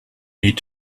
need